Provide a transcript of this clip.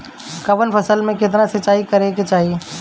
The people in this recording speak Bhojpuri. कवन फसल में केतना सिंचाई करेके चाही?